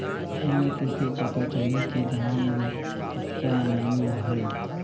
मोला कइसे पता चलही की धान मे कतका नमी हे?